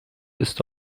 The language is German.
ist